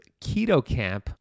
KETOCAMP